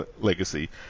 legacy